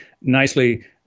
nicely